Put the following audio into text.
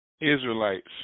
Israelites